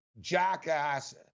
jackass